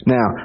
Now